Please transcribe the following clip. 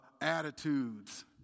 attitudes